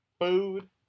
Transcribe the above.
food